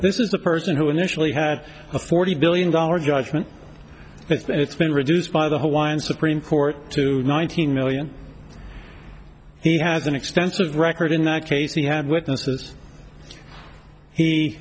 this is a person who initially had a forty billion dollars judgment it's been reduced by the hawaiian supreme court to nineteen million he has an extensive record in that case you have witnesses he